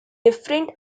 different